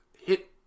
hit